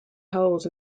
holes